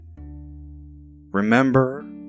Remember